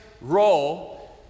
role